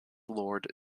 lord